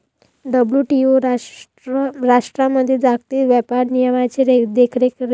WTO राष्ट्रांमधील जागतिक व्यापार नियमांची देखरेख करते